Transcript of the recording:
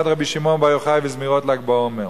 רבי שמעון בר יוחאי וזמירות ל"ג בעומר.